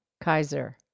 Kaiser